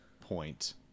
point